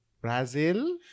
Brazil